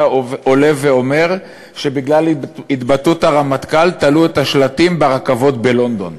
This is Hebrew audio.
עולה ואומר שבגלל התבטאות הרמטכ"ל תלו את השלטים ברכבות בלונדון,